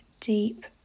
deep